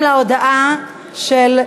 56 בעד,